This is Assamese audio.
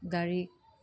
গাড়ী